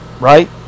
Right